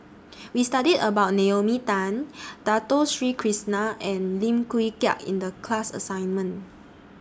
We studied about Naomi Tan Dato Sri Krishna and Lim Wee Kiak in The class assignment